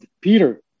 Peter